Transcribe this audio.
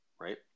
right